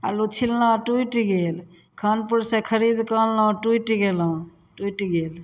आलू छिलना टुटि गेल खानपुरसे खरिदके आनलहुँ टुटि गेलहुँ टुटि गेल